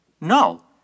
No